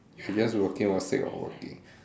should just working not sick of working